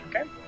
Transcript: Okay